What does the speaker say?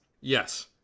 Yes